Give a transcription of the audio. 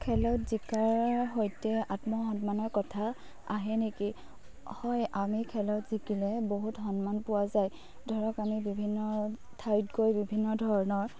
খেলত জিকাৰ সৈতে আত্মসন্মানৰ কথা আহে নেকি হয় আমি খেলত জিকিলে বহুত সন্মান পোৱা যায় ধৰক আমি বিভিন্ন ঠাইত গৈ বিভিন্ন ধৰণৰ